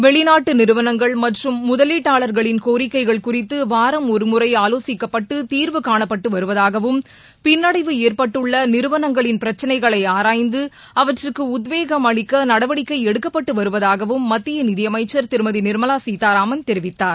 வெளிநாட்டு நிறுவனங்கள் மற்றும் முதலீட்டாளர்களின் கோரிக்கைகள் குறித்து வாரம் ஒருமுறை ஆலோசிக்கப்பட்டு தீர்வு காணப்பட்டு வருவதாகவும் பின்னடைவு ஏற்பட்டுள்ள நிறுவனங்களின் பிரக்களைகளை ஆராய்ந்து அவற்றுக்கு உத்வேகம் அளிக்க நடவடிக்கை எடுக்கப்பட்டுவருவதாகவும் மத்திய நிதியமைச்சர் திருமதி நிர்மலா சீதாராமன் தெரிவித்தார்